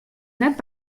net